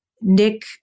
Nick